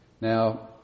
Now